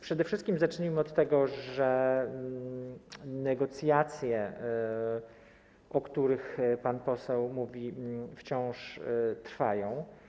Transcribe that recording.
Przede wszystkim zacznijmy od tego, że negocjacje, o których pan poseł mówi, wciąż trwają.